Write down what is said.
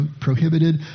prohibited